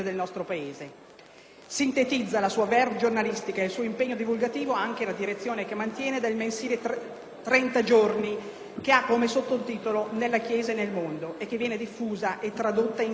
Sintetizza la sua *verve* giornalistica ed il suo impegno divulgativo con la direzione del mensile «30 Giorni» che ha come sottotitolo «Nella Chiesa e nel mondo» e che viene diffusa e tradotta in sette lingue.